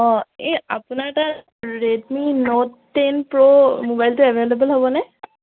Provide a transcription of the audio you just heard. অঁ এই আপোনাৰ তাত ৰেডমি নোট টেন প্ৰ' ম'বাইলটো এভেইলেবল হ'বনে